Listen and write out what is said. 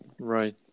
Right